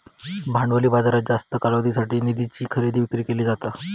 भांडवली बाजारात जास्त कालावधीसाठी निधीची खरेदी विक्री केली जाता